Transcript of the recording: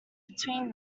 between